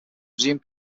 resume